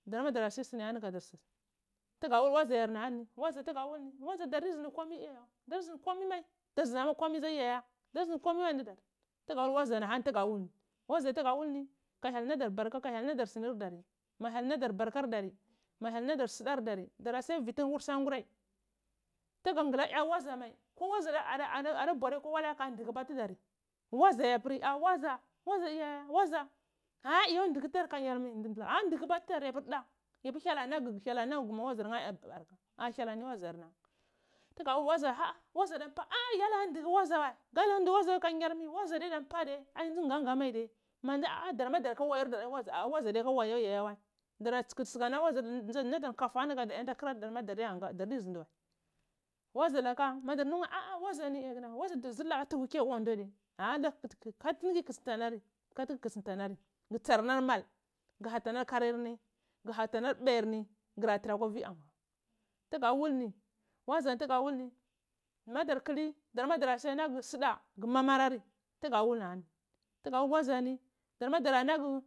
Darma tuga da wul waziryarni waza tuga wul ni wa ɗza darn di ndu komai wa dar ɗi ndu komai wai ɗar ɗi ndu komai wai ɗar ndama komai yaya dar zundi komai mai n ɗu ɗar uhur ɗa ma hyel naday ma hyalnadar sudar dora sungu vuti ntun nheh akwi sangurai tuga nguzi ya wa ko waɗza atu bwari akwa tudar a wadza yo nduhu tudur kamu a nduhu ba tudar yapur da anti hyel anagu tuga da wul ga nduhu waza wa ka nyar waza duye aɗa mpwa kunyar nɗu nya nga diye ama daarmu dara ka wayor darah ah waja adiyaka wazo dara su kutu suu ka na waza kadur nkafu kadar yar hta kuradar darend ha ga dardi ndhi wai wazalaka wuzu laka zur tuki akwa wando katuni ki trttsi anari ani gu tsarnar mal gu kutsintanar halurni ani gu hatainur papai ni gura tara akwa ywii abu tuga wul ni waza tuga wul ni madar kuli darma dora sonwa naga suda mamarari tuga wul ni tugada wul waziyani ɗurmo dara na nheti.